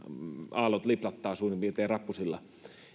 aallot liplattavat suurin piirtein rappusilla